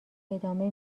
ادامه